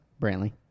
Brantley